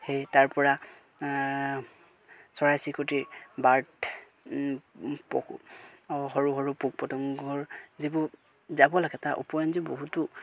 সেই তাৰ পৰা চৰাই চিৰিকটিৰ বাৰ্থ পকু সৰু সৰু পোক পতংগৰ যিবোৰ যাব লাগে তাৰ ওপৰঞ্চি বহুতো